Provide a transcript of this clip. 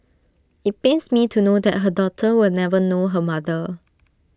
IT pains me to know that her daughter will never know her mother